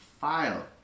file